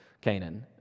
Canaan